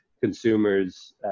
consumers